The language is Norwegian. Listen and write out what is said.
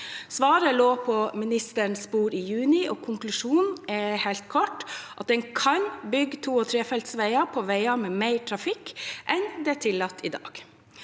Svaret lå på ministerens bord i juni, og konklusjonen er helt klart at en kan bygge to- og trefelts veier på veier med mer trafikk enn det er tillatt i dag.